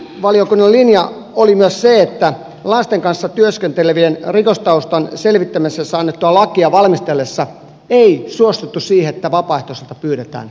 silloin lakivaliokunnan linja oli myös se että lasten kanssa työskentelevien rikostaustan selvittämisestä annettua lakia valmisteltaessa ei suostuttu siihen että vapaaehtoiselta pyydetään rikosrekisteriote